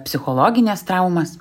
psichologines traumas